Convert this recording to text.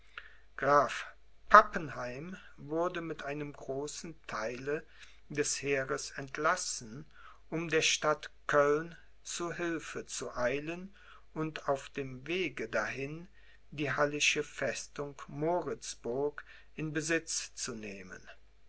pappenheim wurde mit einem großen theile des heers entlassen um der stadt köln zu hilfe zu eilen und auf dem wege dahin die hallische festung morizburg in besitz zu nehmen